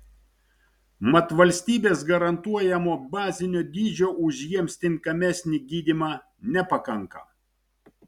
mat valstybės garantuojamo bazinio dydžio už jiems tinkamesnį gydymą nepakanka